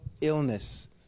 illness